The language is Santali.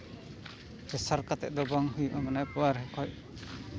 ᱯᱮᱥᱟᱨ ᱠᱟᱛᱮᱫ ᱫᱚ ᱵᱟᱝ ᱦᱩᱭᱩᱜᱼᱟ ᱢᱟᱱᱮ ᱠᱷᱚᱡ